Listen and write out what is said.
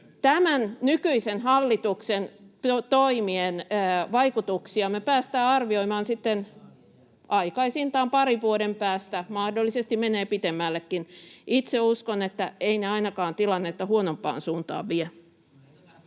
Tämän nykyisen hallituksen toimien vaikutuksia me päästään arvioimaan sitten aikaisintaan parin vuoden päästä, mahdollisesti menee pitemmällekin. Itse uskon, että eivät ne ainakaan tilannetta huonompaan suuntaan vie.